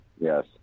yes